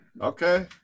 Okay